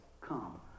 come